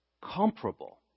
comparable